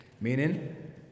Meaning